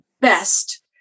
best